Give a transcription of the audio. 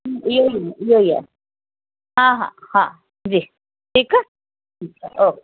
इहो ई इहो ई आ हा हा हा जी ठीकु आहे ठीकु आहे ओके